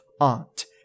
aunt